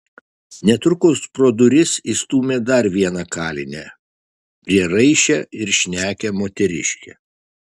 netrukus pro duris įstūmė dar vieną kalinę prieraišią ir šnekią moteriškę